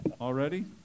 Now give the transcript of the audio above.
already